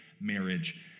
Marriage